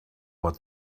what